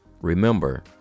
Remember